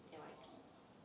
N_Y_P